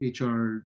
HR